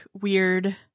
weird